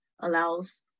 allows